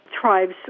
tribes